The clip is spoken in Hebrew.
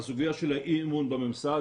הסוגיה של אי האמון בממסד,